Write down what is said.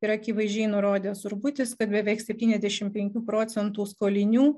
yra akivaizdžiai nurodęs urbutis kad beveik septyniasdešimt penkių procentų skolinių